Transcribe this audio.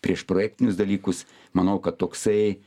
priešprojektinius dalykus manau kad toksai